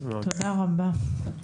תודה רבה.